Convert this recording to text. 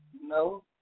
No